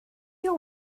your